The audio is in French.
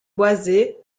boisés